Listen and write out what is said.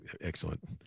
excellent